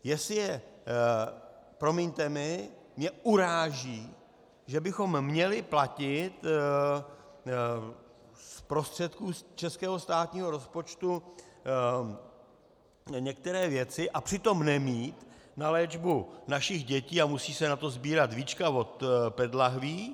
Jestli je promiňte mi, mě uráží, že bychom měli platit z prostředků českého státního rozpočtu některé věci a přitom nemít na léčbu našich dětí a musí se na to sbírat víčka od PET lahví.